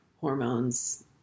hormones